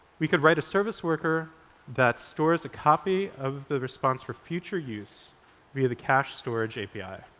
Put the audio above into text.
we could write a service worker that stores a copy of the response for future use via the cache storage api.